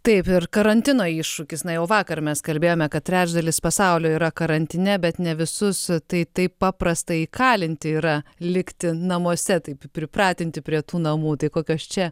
taip ir karantino iššūkis na jau vakar mes kalbėjome kad trečdalis pasaulio yra karantine bet ne visus tai taip paprasta įkalinti yra likti namuose taip pripratinti prie tų namų tai kokios čia